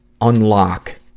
unlock